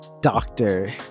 doctor